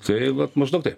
tai vat maždaug taip